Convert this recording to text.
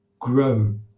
grow